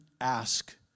ask